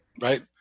Right